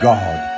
God